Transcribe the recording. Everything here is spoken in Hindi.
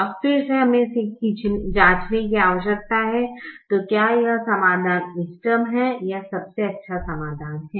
अब फिर से हमें जांचने की आवश्यकता है क्या यह समाधान इष्टतम है या सबसे अच्छा समाधान है